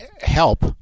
help